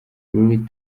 lil